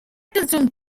consumed